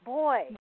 boy